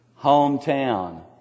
hometown